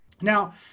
Now